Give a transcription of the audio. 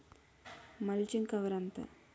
Mulching cover ఎంత?